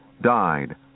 died